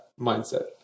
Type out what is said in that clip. mindset